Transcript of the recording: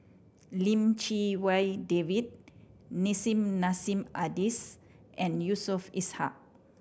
Lim Chee Wai David Nissim Nassim Adis and Yusof Ishak